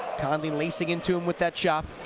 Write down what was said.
konley lacing into him with that chop